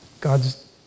God's